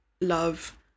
love